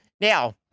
Now